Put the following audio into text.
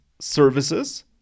services